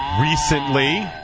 recently